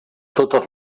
totes